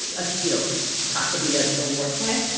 as you know possibly ah a war crime,